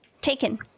Taken